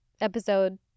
episode